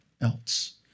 else